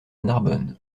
narbonne